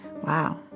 wow